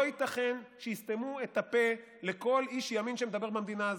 לא ייתכן שיסתמו את הפה לכל איש ימין שמדבר במדינה הזאת.